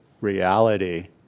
reality